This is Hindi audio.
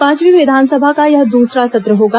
पांचवी विधानसभा का यह दूसरा सत्र होगा